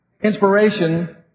inspiration